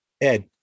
Ed